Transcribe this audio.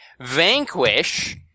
Vanquish